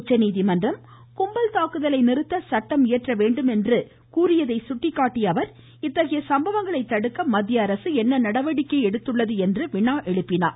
உச்சநீதிமன்றம் கும்பல் தாக்குதலை நிறுத்த சட்டம் இயற்ற வேண்டும் என்று சுட்டிக்காட்டிய அவர் இத்தகைய சம்பவங்களை தடுக்க மத்திய அரசு என்ன நடவடிக்கையை எடுத்துள்ளது என்று வினா எழுப்பினார்